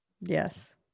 Yes